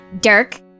Dirk